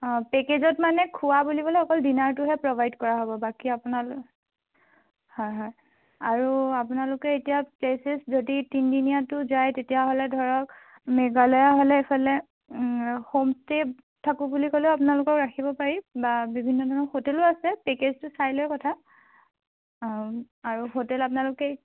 অ' পেকেজত মানে খোৱা বুলিবলৈ অকল ডিনাৰটোহে প্ৰভাইড কৰা হ'ব বাকী আপোনাৰ হয় হয় আৰু আপোনালোকে এতিয়া প্লে'চেচ যদি তিনি দিনীয়াটো যায় তেতিয়াহ'লে ধৰক মেঘালয় হ'লে এইফালে হোমষ্টে'ত থাকোঁ বুলি কলেও আপোনালোকক ৰাখিব পাৰিম বা বিভিন্ন ধৰণৰ হোটেলো আছে পেকেজটো চাই লৈ কথা আৰু হোটেল আপোনালোকে